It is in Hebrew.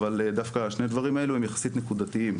אבל דווקא שני הדברים האלו הם יחסית נקודתיים.